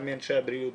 גם את אנשי הבריאות,